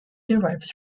derives